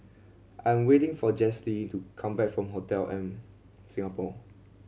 I'm waiting for Jessye to come back from Hotel M Singapore